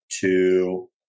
two